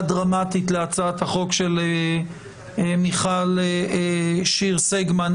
דרמטית להצעת החוק של מיכל שיר סגמן,